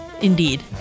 indeed